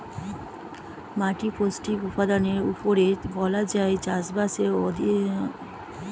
মাটির পৌষ্টিক উপাদানের উপরেই বলা যায় চাষবাসের অর্ধেকটা নির্ভর করছে